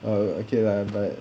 ah okay lah but